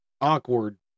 awkward